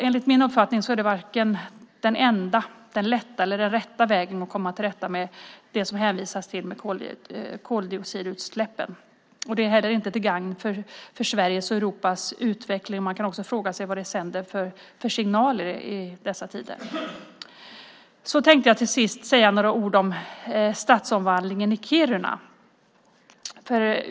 Enligt min uppfattning är detta varken den enda, den lätta eller den rätta vägen att komma till rätta med det som det hänvisas till när det gäller koldioxidutsläppen. Inte heller är det till gagn för Sveriges och Europas utveckling. Man kan också fråga sig vilka signaler det sänder i dessa tider. Till slut tänkte jag säga några ord om stadsomvandlingen i Kiruna.